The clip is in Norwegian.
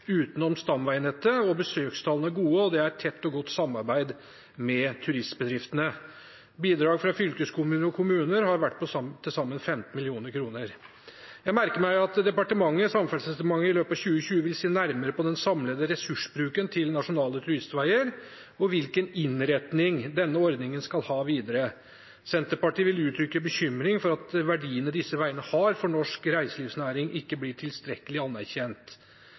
utenom stamveinettet. Besøkstallene er gode, og det er et tett og godt samarbeid med turistbedriftene. Bidrag fra fylkeskommuner og kommuner har vært på til sammen 15 mill. kr. Jeg merker meg at Samferdselsdepartementet i løpet av 2020 vil se nærmere på den samlede ressursbruken til Nasjonale turistveger og hvilken innretning denne ordningen skal ha videre. Senterpartiet vil uttrykke bekymring for at verdiene disse veiene har for norsk reiselivsnæring, ikke blir tilstrekkelig anerkjent.